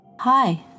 Hi